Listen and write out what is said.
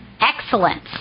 excellence